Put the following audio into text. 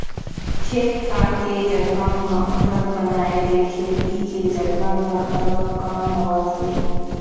खेत खार के जघा म घर बनाए ले खेती के जघा ह घलोक कम होवत हे